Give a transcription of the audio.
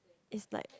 it's like